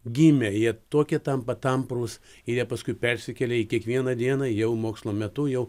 gimė jie tokie tampa tamprūs ir jie paskui persikelia į kiekvieną dieną jau mokslo metu jau